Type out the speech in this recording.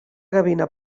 gavina